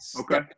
Okay